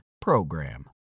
PROGRAM